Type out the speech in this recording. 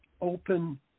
open